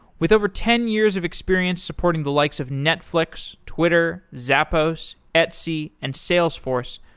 with over ten years of experience supporting the likes of netflix, twitter, zappos, etsy, and salesforce,